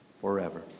forever